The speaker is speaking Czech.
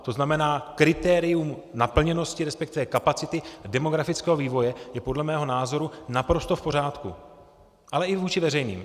To znamená, kritérium naplněnosti, respektive kapacity demografického vývoje, je podle mého názoru naprosto v pořádku, ale i vůči veřejným.